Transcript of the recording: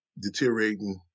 deteriorating